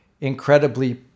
incredibly